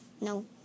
No